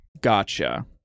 Gotcha